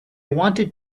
wanted